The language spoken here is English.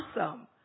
awesome